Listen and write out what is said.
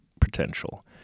potential